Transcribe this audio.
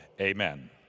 Amen